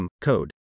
Code